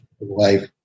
life